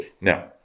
Now